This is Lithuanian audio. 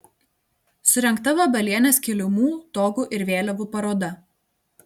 surengta vabalienės kilimų togų ir vėliavų paroda